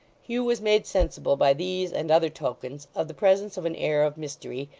hugh was made sensible by these and other tokens, of the presence of an air of mystery,